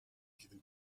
given